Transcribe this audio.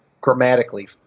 grammatically